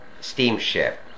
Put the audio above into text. steamship